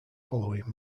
following